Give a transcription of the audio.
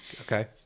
Okay